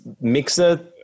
mixer